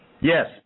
Yes